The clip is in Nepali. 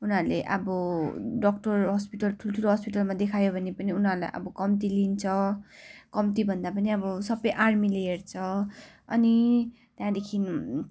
उनीहरूले अब डक्टर हस्पिटल ठुल्ठुलो हस्पिटलमा देखायो भने पनि उनीहरूलाई अब कम्ती लिन्छ कम्ती भन्दा पनि अब सबै आर्मीले हेर्छ अनि त्यहाँदेखि